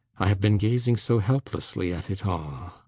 i have been gazing so helplessly at it all.